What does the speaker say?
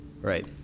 right